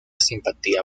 simpatía